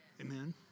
Amen